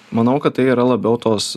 manau kad tai yra labiau tos